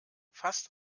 fast